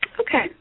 Okay